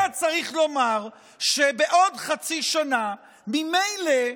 היה צריך לומר שבעוד חצי שנה ממילא,